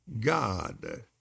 God